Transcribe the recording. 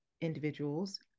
individuals